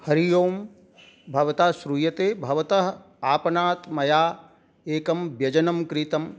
हरिः ओं भवता श्रूयते भवतः आपणात् मया एकं व्यजनं क्रीतम्